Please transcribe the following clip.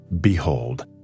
Behold